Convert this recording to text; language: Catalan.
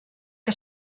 que